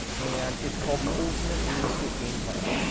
and it's called the ultimate real estate game plan.